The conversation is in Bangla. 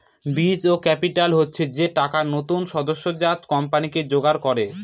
বীজ ক্যাপিটাল হচ্ছে যে টাকা নতুন সদ্যোজাত কোম্পানি জোগাড় করে